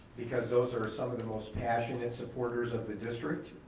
because those are some of the most passionate supporters of the district,